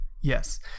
yes